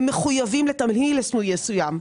הם מחויבים לתמהיל מסוים.